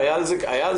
איילת, בבקשה.